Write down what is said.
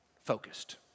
focused